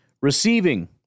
Receiving